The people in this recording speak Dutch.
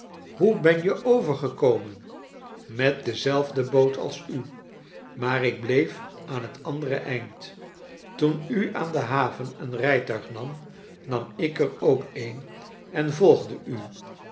hoe ben je overgekomen met dezelfde boot als u maar ik bleef aan het andere eind toen u aan de haven een rijtuig nam nam ik er ook een en volgde u